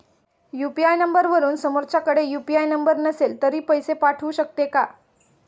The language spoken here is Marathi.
यु.पी.आय नंबरवरून समोरच्याकडे यु.पी.आय नंबर नसेल तरी पैसे पाठवू शकते का?